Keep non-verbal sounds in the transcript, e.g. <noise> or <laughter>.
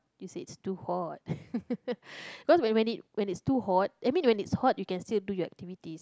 you say it's too hot <laughs> cause when it when it's too hot I mean when it's hot you can still do your activities